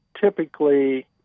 typically